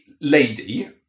lady